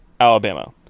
Alabama